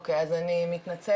או-קיי אז אני מתנצלת.